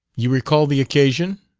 you recall the occasion?